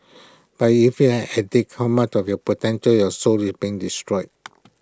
but if you're an addict how much of your potential your soul is being destroyed